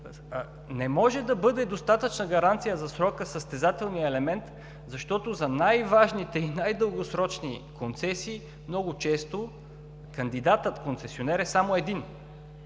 Не може да бъде достатъчна гаранция за срока състезателният елемент, защото за най-важните и най-дългосрочни концесии много често кандидатът за концесионер е само един!